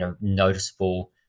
noticeable